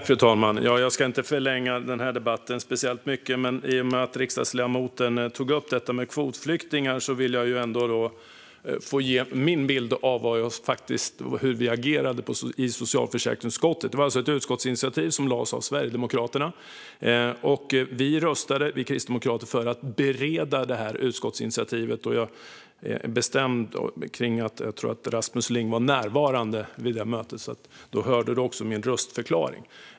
Fru talman! Jag ska inte förlänga den här debatten speciellt mycket, men i och med att riksdagsledamoten tog upp detta med kvotflyktingar vill jag ge min bild av hur vi agerade i socialförsäkringsutskottet. Sverigedemokraterna lade fram ett förslag till utskottsinitiativ. Vi kristdemokrater röstade för att bereda det här utskottsinitiativet. Jag tror att Rasmus Ling var närvarande vid det mötet. Då hörde han också min röstförklaring.